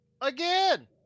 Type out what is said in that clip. again